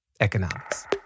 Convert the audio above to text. economics